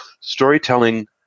Storytelling